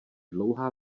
dlouhá